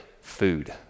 food